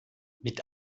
mit